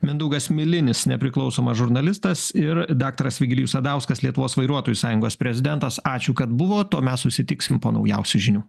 mindaugas milinis nepriklausomas žurnalistas ir daktaras virgilijus sadauskas lietuvos vairuotojų sąjungos prezidentas ačiū kad buvot o mes susitiksim po naujausių žinių